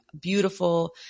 beautiful